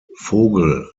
vogel